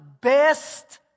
best